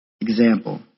example